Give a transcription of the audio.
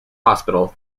hospital